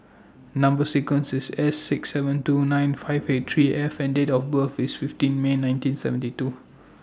Number sequence IS S six seven two nine five eight three F and Date of birth IS fifteen May nineteen seventy two